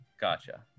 gotcha